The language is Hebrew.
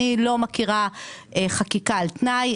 אני לא מכירה חקיקה על תנאי,